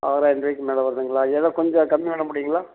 ஆறாயிரம் ரூபாய்க்கு மேல் வருதுங்களா ஏதாவது கொஞ்சம் கம்மி பண்ண முடியுங்களா